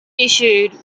issued